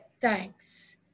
thanks